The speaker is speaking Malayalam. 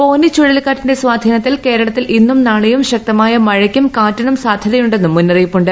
ഫോനി ചുഴലിക്കാറ്റിന്റെ സ്വാധീനത്തിൽ കേരളത്തിൽ ഇന്നും നാളെയും ശക്തമായ മഴയ്ക്കും കാറ്റിനും സാധ്യതയുണ്ടെന്നും മൂന്നറിയിപ്പുണ്ട്